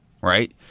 Right